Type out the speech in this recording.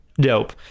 dope